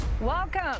Welcome